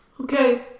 Okay